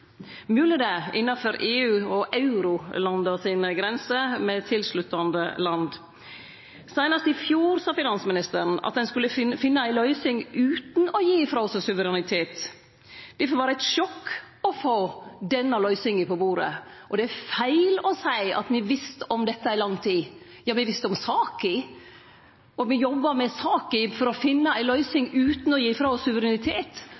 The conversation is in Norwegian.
mogleg det, innanfor EU og eurolanda sine grenser, med tilslutta land. Seinast i fjor sa finansministeren at ein skulle finne ei løysing utan å gi frå seg suverenitet. Difor var det eit sjokk å få denne løysinga på bordet, og det er feil å seie at me visste om dette i lang tid. Ja, me visste om saka, me jobba med saka for å finne ei løysing utan å gi frå oss suverenitet,